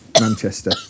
Manchester